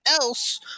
else